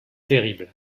terrible